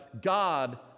God